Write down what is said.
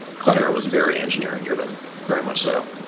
cloudera was very engineering-driven very much so.